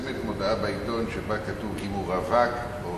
מתפרסמת מודעה בעיתון שבה כתוב אם הוא רווק או